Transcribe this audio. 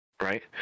right